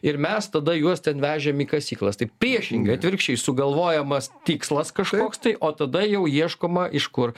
ir mes tada juos ten vežėm į kasyklas tai priešingai atvirkščiai sugalvojamas tikslas kažkoks tai o tada jau ieškoma iš kur